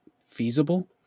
feasible